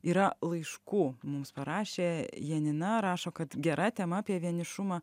yra laiškų mums parašė janina rašo kad gera tema apie vienišumą